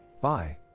Bye